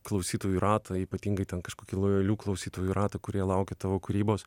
klausytojų ratą ypatingai ten kažkokį lojalių klausytojų ratą kurie laukia tavo kūrybos